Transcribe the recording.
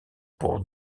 pour